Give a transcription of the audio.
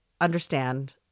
understand